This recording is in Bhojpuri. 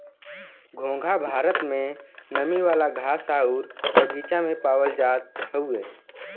घोंघा भारत में नमी वाला घास आउर बगीचा में पावल जात हउवे